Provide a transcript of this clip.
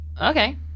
okay